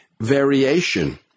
variation